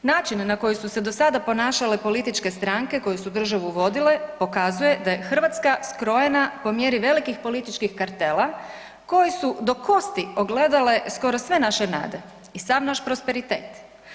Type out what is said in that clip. Način na koji su se do sada ponašale političke stranke koje su državu vodile pokazuje da je Hrvatska skrojena po mjeri velikih političkih kartela koji su do kosti oglodale skoro sve naše nade i sav naš prosperitet.